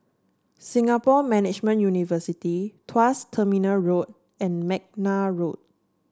Singapore Management University Tuas Terminal Road and McNair Road